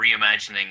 reimagining